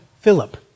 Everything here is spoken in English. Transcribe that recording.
Philip